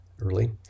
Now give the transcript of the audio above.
early